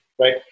right